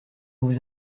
vous